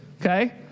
okay